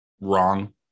wrong